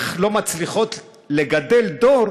איך הן לא מצליחות לגדל דור